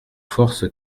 forces